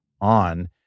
on